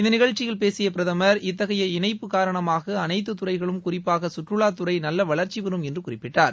இந்த நிகழ்ச்சியில் பேசிய பிரதமா் இத்தகைய இணைப்பு காரணமாக அனைத்து துறைகளும் குறிப்பாக சுற்றுலாத்துறை நல்ல வளர்ச்சிபெறும் என்று குறிப்பிட்டார்